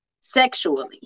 sexually